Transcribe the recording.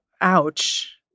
Ouch